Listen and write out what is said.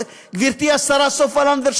גברתי השרה סופה לנדבר,